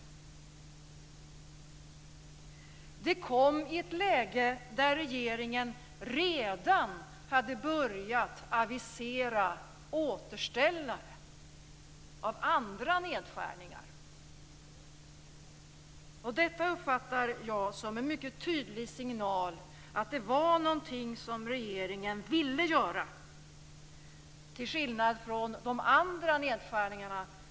Förslaget kom i ett läge då regeringen hade börjat avisera återställare av andra nedskärningar. Detta uppfattar jag som en mycket tydlig signal om att inkomstprövningen var någonting som regeringen ville införa, till skillnad från de andra nedskärningarna.